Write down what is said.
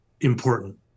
important